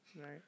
Right